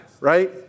right